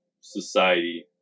society